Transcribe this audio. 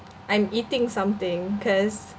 I'm eating something cause